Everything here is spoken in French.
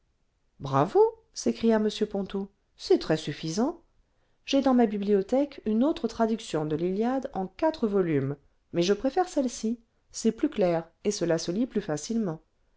bravo s'écria m ponto c'est très suffisant j'ai dans ma bibliothèque une autre traduction de vlliade en quatre volumes mais je préfère celle-ci c'est plus clair et cela se lit plus facilement